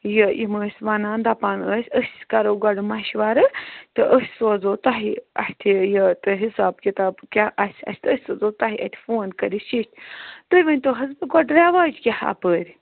یہ یِم ٲسۍ ونان دپان ٲسۍ أسۍ کَرو گۄڈٕ مشورٕ تہٕ أسۍ سوزو تۄہہِ اتھِ یہِ حِساب کِتاب کیٛاہ آسہِ اَسہِ أسۍ سوزو تۄہہِ اَتھِ فون کٔرِتھ شیٚچھ تُہۍ ؤنۍتو حظ مےٚ گۄڈٕ رٮ۪واج کیٛاہ اَپٲرۍ